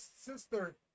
sister